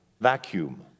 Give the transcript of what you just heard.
Vacuum